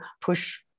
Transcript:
push